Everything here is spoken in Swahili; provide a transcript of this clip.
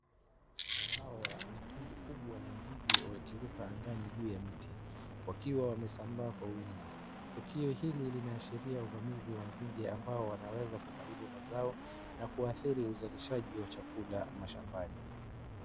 Hawa ni kundi kubwa la nzige wakiruka angani juu ya miti, wakiwa wamesambaa kwa wingi. Tukio hili linaashiria uvamizi wa nzige ambao wanaweza kuharibu mazao na kuathiri uzalishaji wa chakula mashambani.